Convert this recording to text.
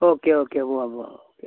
okay okay പോവാം പോവാം okay